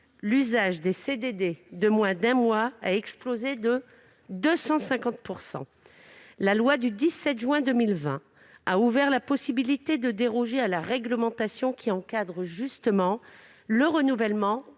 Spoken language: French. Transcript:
à des CDD de moins d'un mois a explosé de 250 %. La loi du 17 juin 2020 a ouvert la possibilité de déroger à la réglementation qui encadre justement le renouvellement